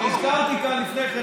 הזכרתי כאן לפני כן,